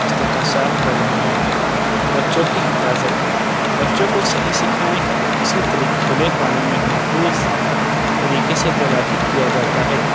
استکشاف کر رہے ہیں بچّوں کی حفاظت بچّوں کو صحیح سیکھائیں کہ کسی طرح کھولے پانی میں محفوظ طریقے سے تیراکی کیا جاتا ہے